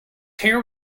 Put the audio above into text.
hair